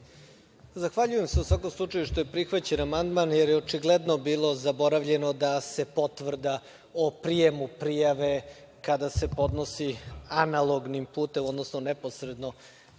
Zahvaljujem se u svakom slučaju što je prihvaćen amandman, jer je očigledno bilo zaboravljeno da se potvrda o prijemu prijave, kada se podnosi analognim putem, odnosno neposredno